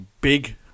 big